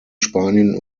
spanien